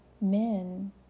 men